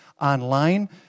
online